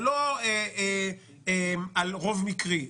זה לא על רוב מקרי,